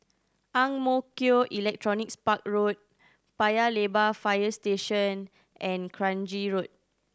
Ang Mo Kio Electronics Park Road Paya Lebar Fire Station and Kranji Road